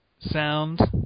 sound